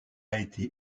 été